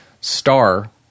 star